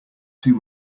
too